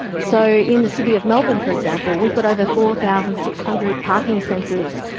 so in the city of melbourne, for example, we've got over four thousand six hundred parking sensors,